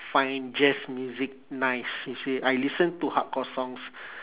find jazz music nice you see I listen to hardcore songs